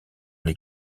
les